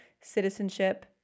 citizenship